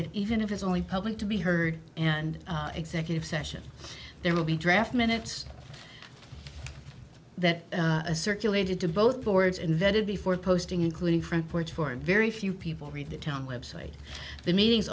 it even if it's only public to be heard and executive session there will be draft minutes that circulated to both boards and vetted before posting including front porch for a very few people read the town website the meetings